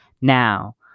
Now